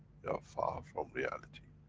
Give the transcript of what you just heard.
far from reality,